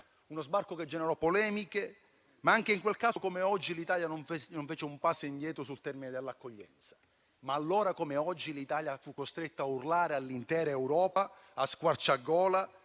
ricorderanno, che generò polemiche. Anche in quel caso, come oggi, l'Italia non fece un passo indietro sul fronte dell'accoglienza. Allora come oggi, l'Italia fu costretta a urlare all'intera Europa a squarciagola,